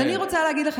אז אני רוצה להגיד לך,